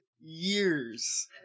years